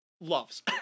loves